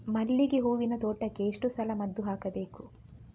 ಮಲ್ಲಿಗೆ ಹೂವಿನ ತೋಟಕ್ಕೆ ಎಷ್ಟು ಸಲ ಮದ್ದು ಹಾಕಬೇಕು?